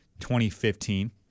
2015